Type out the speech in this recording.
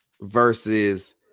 versus